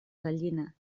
gallina